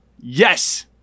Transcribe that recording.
Yes